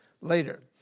later